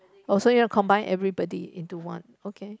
oh so you want to combine everybody into one okay